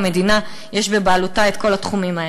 המדינה בבעלותה כל התחומים האלה,